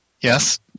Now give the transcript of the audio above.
Yes